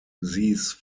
these